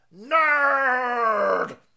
NERD